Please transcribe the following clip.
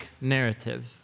narrative